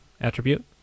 attribute